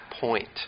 point